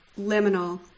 liminal